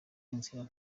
inzira